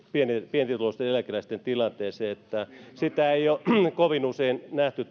pienituloisten eläkeläisten tilanteeseen tätä keskustelua ei ole kovin usein nähty